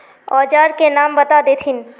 औजार के नाम बता देथिन?